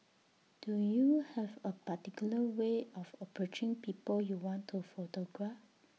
do you have A particular way of approaching people you want to photograph